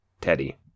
Teddy